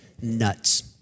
nuts